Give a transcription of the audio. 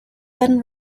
been